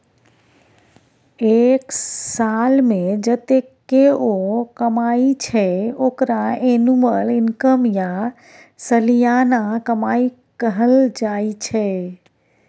एक सालमे जतेक केओ कमाइ छै ओकरा एनुअल इनकम या सलियाना कमाई कहल जाइ छै